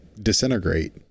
disintegrate